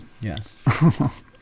Yes